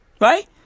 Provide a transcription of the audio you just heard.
right